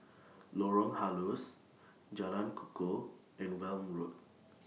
Lorong Halus Jalan Kukoh and Welm Road